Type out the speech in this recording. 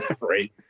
Right